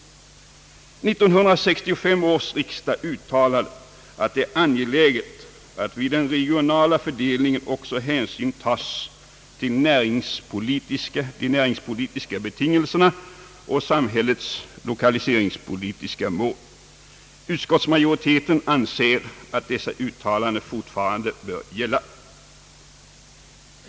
1965 års riksdag uttalade, att det är angeläget att vid den regionala fördelningen också hänsyn tas till de näringspolitiska betingelser na och samhällets lokaliseringspolitiska mål. Utskottsmajoriteten anser att dessa uttalanden fortfarande bör gälla.